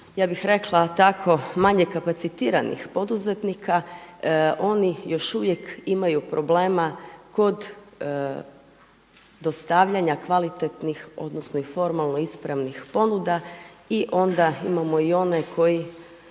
ja bih rekla tako manje kapacitiranih poduzetnika, oni još uvijek imaju problema kod dostavljanja kvalitetnih i formalno ispravnih ponuda i onda imamo i one koji